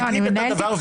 בהרכב,